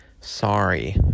sorry